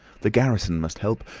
the garrison must help.